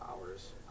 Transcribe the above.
hours